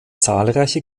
zahlreiche